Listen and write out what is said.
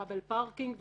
"דאבל פארקינג",